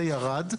זה ירד.